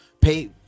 pay